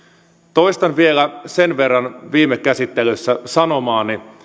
toistan vielä sen verran viime käsittelyssä sanomaani